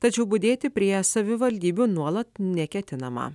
tačiau budėti prie savivaldybių nuolat neketinama